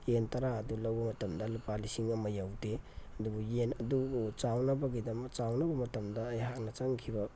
ꯌꯦꯟ ꯇꯔꯥ ꯑꯗꯨ ꯂꯧꯕ ꯃꯇꯝꯗ ꯂꯨꯄꯥ ꯂꯤꯁꯤꯡ ꯑꯃ ꯌꯧꯗꯦ ꯑꯗꯨꯕꯨ ꯌꯦꯟ ꯑꯗꯨꯕꯨ ꯆꯥꯎꯅꯕꯒꯤꯗꯃꯛ ꯆꯥꯎꯅꯕ ꯃꯇꯝꯗ ꯑꯩꯍꯥꯛꯅ ꯆꯪꯈꯤꯕ